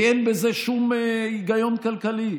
כי אין בזה שום היגיון כלכלי.